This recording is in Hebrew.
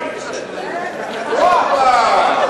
שיתבייש לו.